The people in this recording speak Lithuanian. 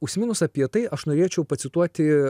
užsiminus apie tai aš norėčiau pacituoti